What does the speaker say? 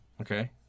Okay